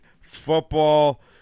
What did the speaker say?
football